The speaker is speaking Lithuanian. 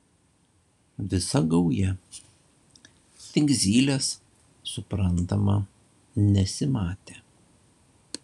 visa gauja tik zylės suprantama nesimatė